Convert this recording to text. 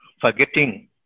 forgetting